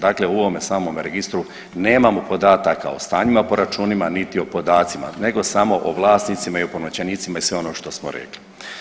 Dakle, u ovome samome registru nemamo podataka o stanjima po računima niti o podacima, nego samo o vlasnicima i opunomoćenicima i sve ono što smo rekli.